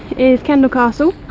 is kendal castle.